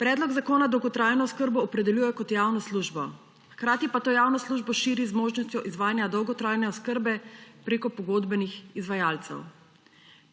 predlog zakona dolgotrajno oskrbo opredeljuje kot javno službo, hkrati pa to javno službo širi z možnostjo izvajanja dolgotrajne oskrbe preko pogodbenih izvajalcev.